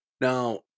now